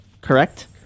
correct